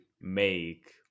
make